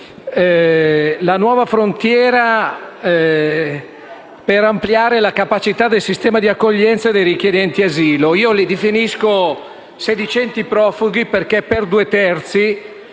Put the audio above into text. la nuova frontiera per ampliare la capacità del sistema di accoglienza dei richiedenti asilo, che io definisco sedicenti profughi, perché le statistiche